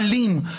האלים,